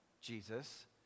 Jesus